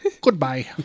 Goodbye